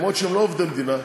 למרות שהם לא עובדי מדינה,